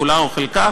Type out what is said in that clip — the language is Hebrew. כולה או חלקה,